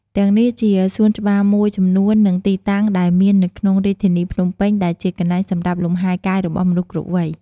ទាំងនេះជាសួនច្បារមួយចំនួននិងទីតាំងដែលមាននៅក្នុងរាជធានីភ្នំពេញដែលជាកន្លែងសម្រាប់លំហែរកាយរបស់មនុស្សគ្រប់វ័យ។